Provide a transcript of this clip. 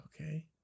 Okay